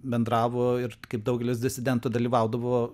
bendravo ir kaip daugelis disidentų dalyvaudavo